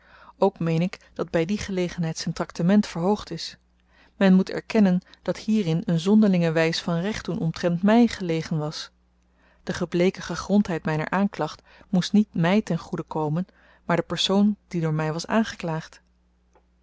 ook meen ik dat by die gelegenheid z'n traktement verhoogd is men moet erkennen dat hierin een zonderlinge wys van rechtdoen omtrent my gelegen was de gebleken gegrondheid myner aanklacht moest niet my ten goede komen maar den persoon die door my was aangeklaagd